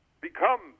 become